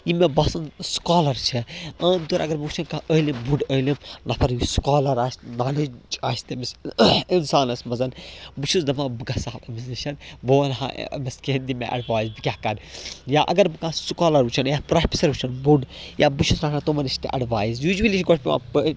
یِم مےٚ باسَن سُکالَر چھِ عام طور اگر بہٕ وٕچھَن کانٛہہ عٲلِم بوٚڈ عٲلِم نَفر یہِ سکالَر آسہِ نالیج آسہِ تٔمِس اِنسانَس منٛزَن بہٕ چھُس دَپان بہٕ گژھٕ ہا أمِس نِش بہٕ ونٛہا ہا أمِس کِیٚنٛہہ دِ مےٚ اٮ۪ڈوایز بہٕ کیٛاہ کَرٕ یا اگر بہٕ کانٛہہ سُکالَر وٕچھَن یا پراٮ۪فیسَر وُچھَن بوٚڈ یا بہٕ چھُس رَاٹان تِمَن نِش تہِ اڈوایِز یوٗجؤلی گۄڈٕ پٮ۪وان